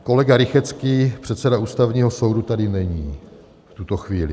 Kolega Rychetský, předseda Ústavního soudu, tady není v tuto chvíli.